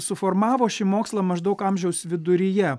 suformavo šį mokslą maždaug amžiaus viduryje